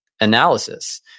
analysis